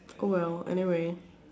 oh well anyway